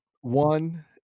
one